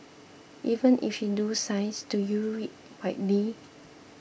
even if you do science do you read widely